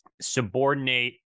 subordinate